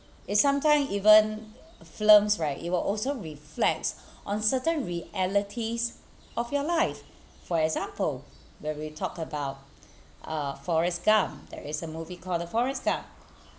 it sometime even films right it will also reflects on certain realities of your life for example where we talked about uh forrest gump there is a movie called the forrest gump